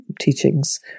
teachings